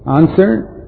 Answer